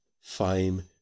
fame